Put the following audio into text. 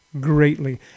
greatly